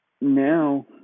now